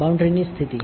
boundary સ્થિતિ